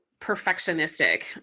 perfectionistic